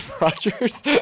Rogers